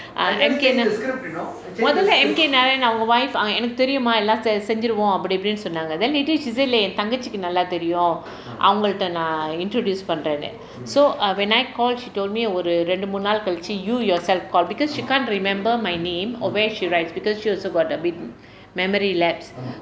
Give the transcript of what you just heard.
ah அதுக்கு என்ன முதல:athukku enna M K nayar wife ah எனக்கு தெரியும்மா எல்லா எல்லா செஞ்சிருவோம் அப்படி அப்படின்னு சொன்னாங்க:enakku theryummaa ellaa ellaa senjiruvom appadi appadinnu sonnaanga then later she say இல்லை என் தங்கைச்சிக்கு நல்லா தெரியும் அவங்கள்ட்ட நான்:illai en thangaichikku nallaa theriyum avngaltta naan introduce பண்றேன்ன்னு:pandraennu so when I called she told me ஒரு இரண்டு மூன்று நாள் கழிச்சி:oru irandu moondru naal kalichi you yourself call because she can't remember my name or where she writes because she also got a bit memory lapse